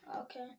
Okay